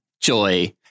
Joy